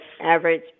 average